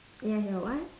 yes your what